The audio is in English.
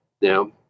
now